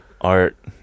Art